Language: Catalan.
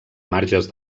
marges